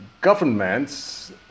governments